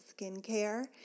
skincare